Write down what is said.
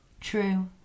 True